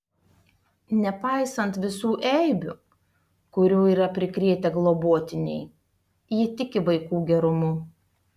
nepaisant visų eibių kurių yra prikrėtę globotiniai ji tiki vaikų gerumu